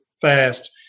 fast